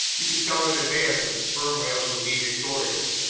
you could tell in advance that the sperm whales would be victorious,